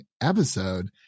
episode